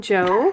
Joe